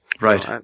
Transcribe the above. Right